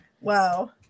Wow